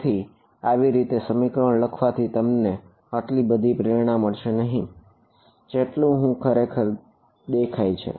તેથી આવી રીતે સમીકરણ લખવાથી તમને એટલી બધી પ્રેરણા મળશે નહિ જેટલું તે ખરેખર દેખાય છે